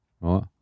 right